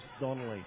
Donnelly